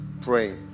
pray